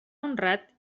honrat